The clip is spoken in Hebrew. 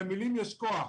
למילים יש כוח,